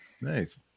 Nice